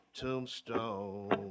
tombstone